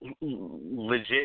legit